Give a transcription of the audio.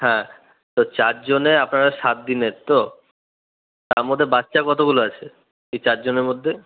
হ্যাঁ তো চারজনে আপনারা সা তদিনের তো তার মধ্যে বাচ্চা কতগুলো আছে এই চারজনের মধ্যে